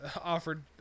offered